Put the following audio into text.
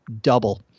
double